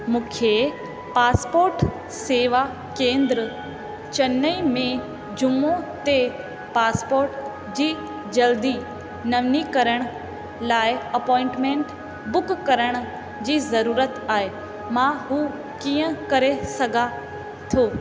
मूंखे पासपोर्ट सेवा केंद्र चन्नई में जुमों ते पासपोर्ट जी जल्दी नविनीकरण लाइ अपोइंटमेन्ट बुक करण जी ज़रूअत आहे मां हू कीअं करे सघां थो